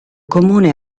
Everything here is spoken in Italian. comune